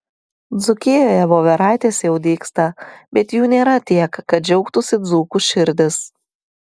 dzūkijoje voveraitės jau dygsta bet jų nėra tiek kad džiaugtųsi dzūkų širdys